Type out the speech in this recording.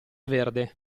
verde